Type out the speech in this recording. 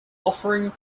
offering